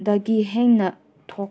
ꯗꯒꯤ ꯍꯦꯟꯅ ꯊꯣꯛ